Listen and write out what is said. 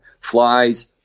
flies